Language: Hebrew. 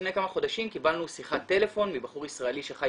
לפני כמה חודשים קיבלנו שיחת טלפון מבחור ישראלי שגר